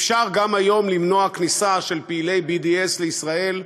אפשר גם היום למנוע כניסה של פעילי BDS לישראל,